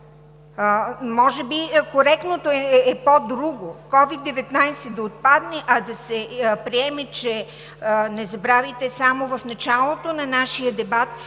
Може би коректното е по-друго. COVID-19 да отпадне, а да се приеме, че – не забравяйте, че само в началото на нашия дебат,